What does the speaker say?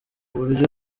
buryo